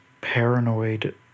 paranoid